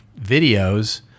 videos